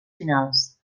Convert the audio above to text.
finals